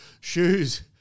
shoes